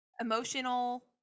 emotional